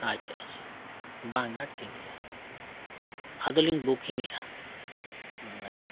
ᱟᱪᱪᱷᱟ ᱟᱪᱪᱷᱟ ᱵᱟᱝᱟ ᱴᱷᱤᱠ ᱜᱮᱭᱟ ᱟᱫᱚ ᱞᱤᱧ ᱵᱩᱠᱤᱝ ᱮᱫᱟ ᱟᱪᱪᱷᱟ